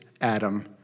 Adam